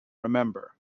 remember